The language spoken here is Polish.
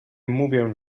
mówię